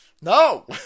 no